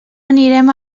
anirem